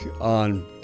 on